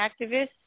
activists